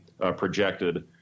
projected